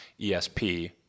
ESP